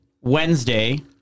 Wednesday